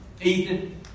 Ethan